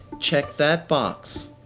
check that box,